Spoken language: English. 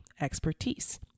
expertise